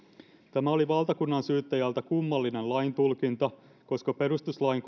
tämä oli valtakunnansyyttäjältä kummallinen laintulkinta koska perustuslain